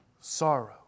sorrow